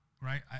right